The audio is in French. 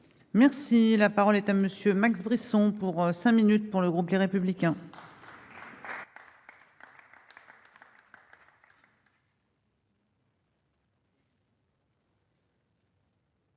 Merci, la parole est à monsieur Max Brisson pour cinq minutes pour le groupe Les Républicains.